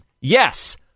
Yes